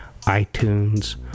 iTunes